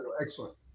Excellent